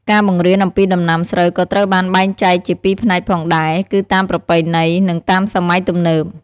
ការបង្រៀនអំពីដំណាំស្រូវក៏ត្រូវបានបែងចែកជាពីរផ្នែកផងដែរ គឺតាមប្រពៃណី និងតាមសម័យទំនើប។